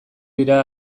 dira